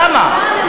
למה?